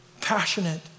passionate